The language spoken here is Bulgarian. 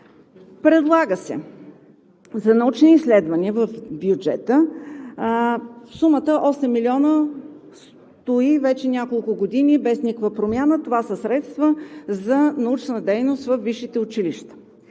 Предлага се за научни изследвания в бюджета сумата 8 млн. лв., която стои вече няколко години без никаква промяна. Това са средства за научна дейност във висшите училища.